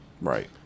Right